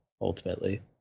ultimately